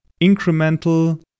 incremental